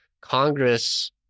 Congress